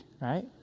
right